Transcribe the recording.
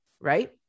Right